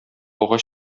агач